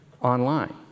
online